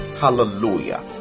Hallelujah